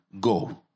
go